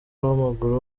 w’amaguru